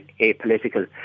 apolitical